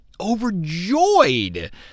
overjoyed